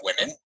women